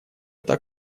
это